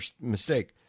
mistake